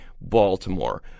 baltimore